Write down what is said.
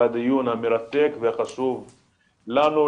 על הדיון המרתק והחשוב לנו,